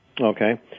Okay